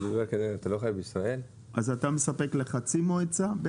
אז אתה בעצם מספק לחצי מועצה?